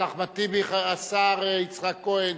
השר יצחק כהן,